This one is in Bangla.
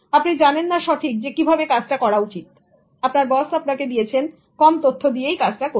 আপনি জানেন না সঠিক কিভাবে কাজটা করা উচিত আপনার বস আপনাকে দিয়েছেন কম তথ্য দিয়ে কাজটা করতে